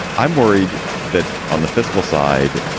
i'm worried that on the fiscal side,